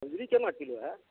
खजुरी केना किलो हइ